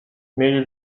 mieli